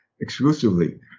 exclusively